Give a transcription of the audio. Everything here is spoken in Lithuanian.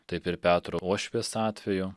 taip ir petro uošvės atveju